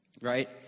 right